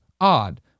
Odd